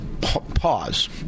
pause